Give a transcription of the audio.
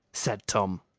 said tom.